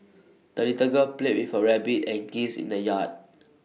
the little girl played with her rabbit and geese in the yard